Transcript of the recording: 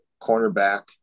cornerback